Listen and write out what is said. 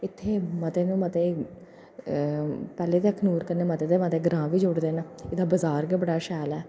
इत्थें मते दे मते पैह्लें ते अखनूर कन्नै मते दे मते ग्रांऽ बी जुड़े दे न एह्दा बाजार गै बड़ा शैल ऐ